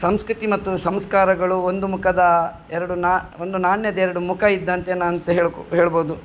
ಸಂಸ್ಕೃತಿ ಮತ್ತು ಸಂಸ್ಕಾರಗಳು ಒಂದು ಮುಖದ ಎರಡು ನಾ ಒಂದು ನಾಣ್ಯದ ಎರಡು ಮುಖ ಇದ್ದಂತೆನಾಂತ ಹೇಳ್ಬೋದು